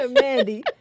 Mandy